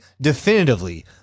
definitively